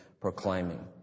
proclaiming